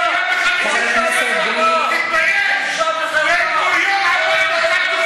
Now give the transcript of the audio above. לא מתביישים בזה שטבחתם והרגתם.